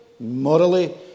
Morally